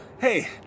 Hey